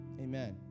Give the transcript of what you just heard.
Amen